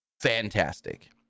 fantastic